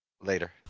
Later